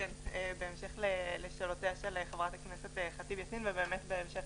בהמשך לשאלותיה של ח"כ ח'טיב יאסין ובאמת בהמשך